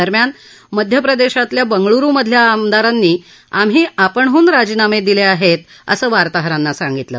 दरम्यान मध्य प्रदेशच्या बंगळरु मधील आमदारांनी आम्ही आपणहून राजीनामे दिले आहेत असं वार्तांहरांना सांगितलं